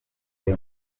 muri